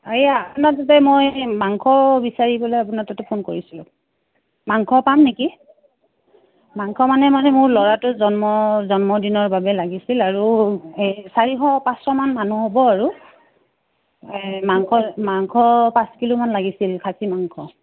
এই আপোনাৰ তাতে মই মাংস বিচাৰিবলৈ আপোনাৰ তাতে ফোন কৰিছিলোঁ মাংস পাম নেকি মাংস মানে মানে মোৰ ল'ৰাটো জন্ম জন্ম দিনৰ বাবে লাগিছিল আৰু এই চাৰিশ পাঁচশ মান মানুহ হ'ব আৰু মাংস মাংস পাঁচ কিলোমান লাগিছিল খাচী মাংস